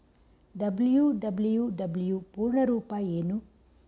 WWW ಪೂರ್ಣ ರೂಪ ಏನು?